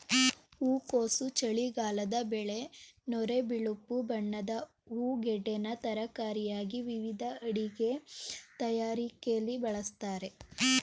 ಹೂಕೋಸು ಚಳಿಗಾಲದ ಬೆಳೆ ನೊರೆ ಬಿಳುಪು ಬಣ್ಣದ ಹೂಗೆಡ್ಡೆನ ತರಕಾರಿಯಾಗಿ ವಿವಿಧ ಅಡಿಗೆ ತಯಾರಿಕೆಲಿ ಬಳಸ್ತಾರೆ